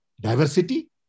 diversity